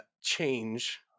change